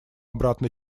обратно